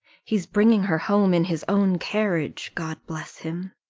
he's bringing her home in his own carriage, god bless him!